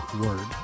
word